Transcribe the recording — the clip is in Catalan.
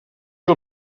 que